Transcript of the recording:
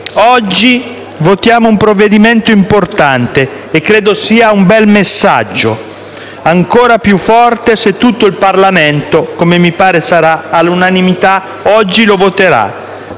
Oggi votiamo un provvedimento importante e credo sia un bel messaggio, ancora più forte se tutto il Parlamento, come mi pare sarà, oggi lo voterà